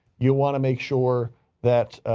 you want to make sure that,